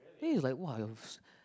then is like [wah]